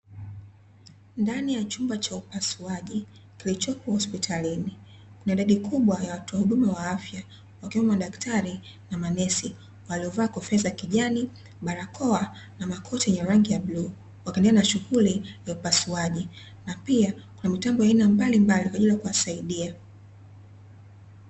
Ndani ya chumba cha upasuaji, kilichopo hospitalini kuna idadi kubwa ya watoa huduma wa afya wakiwemo madaktari na manesi waliovaa kofia za kijani, barakoa na makoti yenye rangi ya bluu, wakiendelea na shughuli za upasuaji na pia kuna mitambo ya aina mbalimbali kwa ajili ya kuwasaidia.